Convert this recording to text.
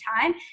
time